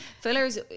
Fillers